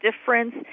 difference